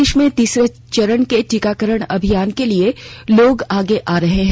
देश में तीसरे चरण के टीकाकरण अभियान के लिए लोग आगे आ रहे हैं